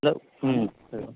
இல்லை ம் சரி